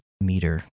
meter